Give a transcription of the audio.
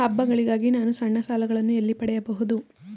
ಹಬ್ಬಗಳಿಗಾಗಿ ನಾನು ಸಣ್ಣ ಸಾಲಗಳನ್ನು ಎಲ್ಲಿ ಪಡೆಯಬಹುದು?